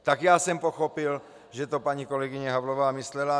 Tak jsem pochopil, že to paní kolegyně Havlová myslela.